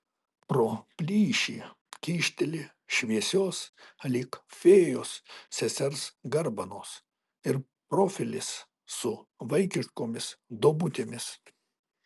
pro plyšį kyšteli šviesios lyg fėjos sesers garbanos ir profilis su vaikiškomis duobutėmis